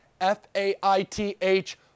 F-A-I-T-H